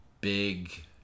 big